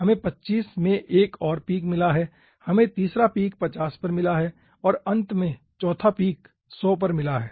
हमें 25 में एक और पीक मिला है हमें तीसरा पीक 50 पर मिला है और अंत में चौथा पीक 100 पर मिला है